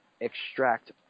extract